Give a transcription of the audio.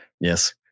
Yes